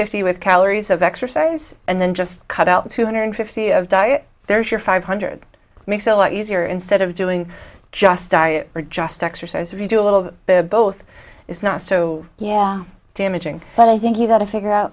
fifty with calories of exercise and then just cut out two hundred fifty of diet there's your five hundred makes a lot easier instead of doing just diet or just exercise if you do a little bit of both it's not so yeah damaging but i think you've got to figure out